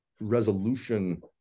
resolution